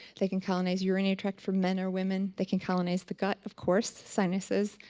they can colonize urinary tract for men or women, they can colonize the gut of course, sinuses,